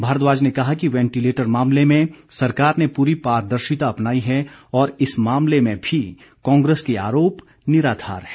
भारद्वाज ने कहा कि वेंटिलेटर मामले में सरकार ने पूरी पारदर्शिता अपनाई है और इस मामले में भी कांग्रेस के आरोप निराधार है